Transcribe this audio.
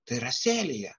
tai yra sėlija